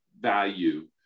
value